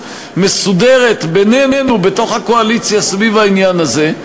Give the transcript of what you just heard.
מסודרת בינינו בתוך הקואליציה סביב העניין הזה,